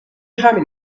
همین